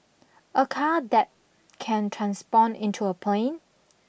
a car that can transport into a plane